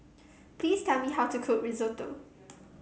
please tell me how to cook Risotto